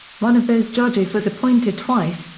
one of those judges was appointed twice,